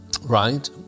Right